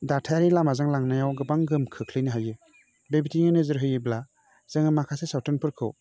दाथायारि लामाजों लांनायाव गोबां गोहोम खोख्लैनो हायो बे बिथिंजों नोजोर होयोब्ला जोङो माखासे सावथुनफोरखौ